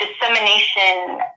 dissemination